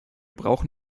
brauchen